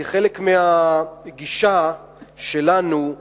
כחלק מהגישה שלנו,